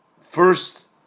first